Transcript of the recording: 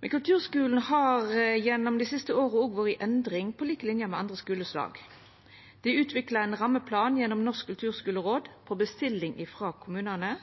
Kulturskulen har gjennom dei siste åra vore i endring, på lik linje med andre skuleslag. Det er utvikla ein rammeplan gjennom Norsk kulturskoleråd, på bestilling frå kommunane.